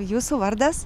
jūsų vardas